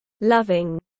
loving